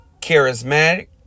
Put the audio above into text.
charismatic